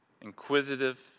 inquisitive